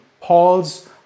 Paul's